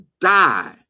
die